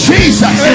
Jesus